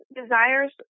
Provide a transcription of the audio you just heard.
desires